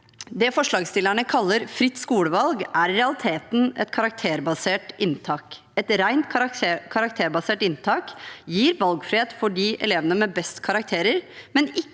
Det forslagsstillerne kaller fritt skolevalg, er i realiteten et karakterbasert inntak. Et rent karakterbasert inntak gir valgfrihet for de elevene med best karakterer,